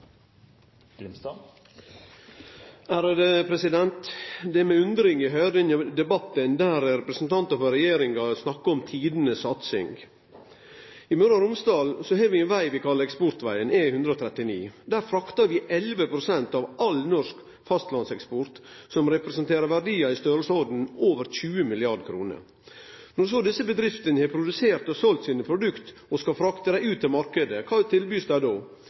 Det er med undring eg høyrer på denne debatten, der representantar for regjeringa snakkar om tidenes satsing. I Møre og Romsdal har vi ein veg vi kallar eksportvegen – E139. Der fraktar vi 11 pst. av all norsk fastlandseksport, som representerer verdiar for over 20 mrd. kr. Når så desse bedriftene har produsert og selt produkta sine og skal frakte dei ut til marknaden, kva blir dei då tilbydde? Jau, ein veg frå siste verdskrigen. Etappevis er